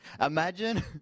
Imagine